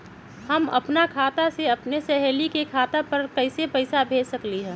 हम अपना खाता से अपन सहेली के खाता पर कइसे पैसा भेज सकली ह?